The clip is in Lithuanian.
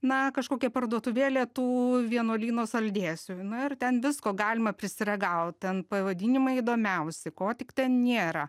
na kažkokia parduotuvėlė tų vienuolyno saldėsių na ir ten visko galima prisiragaut ten pavadinimai įdomiausi ko tik ten nėra